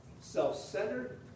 self-centered